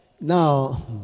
Now